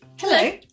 Hello